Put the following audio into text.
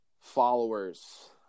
followers